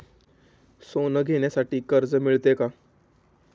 सोने घेण्यासाठी कर्ज मिळते का?